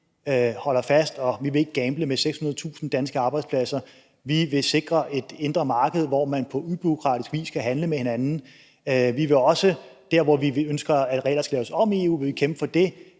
holder fast, og vi vil ikke gamble med 600.000 danske arbejdspladser. Vi vil sikre et indre marked, hvor man på ubureaukratisk vis kan handle med hinanden. Vi vil også der, hvor vi ønsker, at regler skal laves om i EU, kæmpe for det,